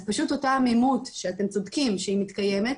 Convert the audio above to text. אז פשוט אותה עמימות שאתם צודקים שהיא מתקיימת,